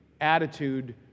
attitude